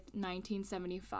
1975